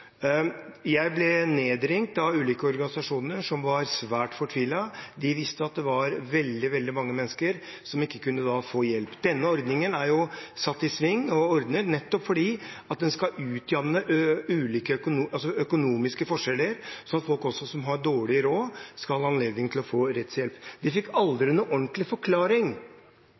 Jeg ble nedringt av ulike organisasjoner som var svært fortvilet. De visste at det var veldig mange mennesker som ikke kunne få hjelp. Denne ordningen er satt i sving nettopp fordi den skal utjevne økonomiske forskjeller, slik at også folk som har dårlig råd, skal ha anledning til å få rettshjelp. Vi fikk aldri noen ordentlig forklaring